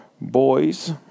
boys